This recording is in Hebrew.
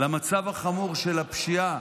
למצב החמור של הפשיעה